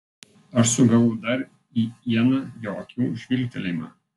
aš sugavau dar į ieną jo akių žvilgtelėjimą